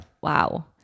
wow